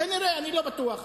כנראה, אני לא בטוח.